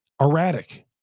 Erratic